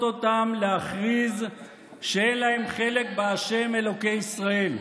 אותם להכריז שאין להם חלק בה' אלוקי ישראל,